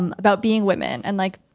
um about being women and like,